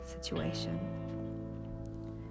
situation